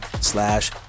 slash